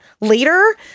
later